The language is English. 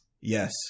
Yes